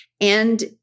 And-